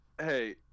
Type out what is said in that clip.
Hey